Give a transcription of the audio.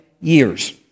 years